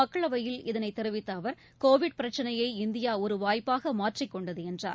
மக்களவையில் இதனை தெரிவித்த அவர் கோவிட் பிரச்சினையை இந்தியா ஒரு வாய்ப்பாக மாற்றிக்கொண்டது என்றார்